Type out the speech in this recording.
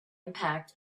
impact